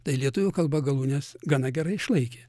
tai lietuvių kalba galūnes gana gerai išlaikė